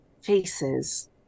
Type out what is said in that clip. faces